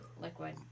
liquid